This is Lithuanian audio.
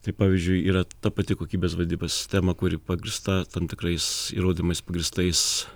tai pavyzdžiui yra ta pati kokybės vadybos sistema kuri pagrįsta tam tikrais įrodymais pagrįstais